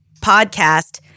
podcast